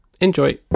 Enjoy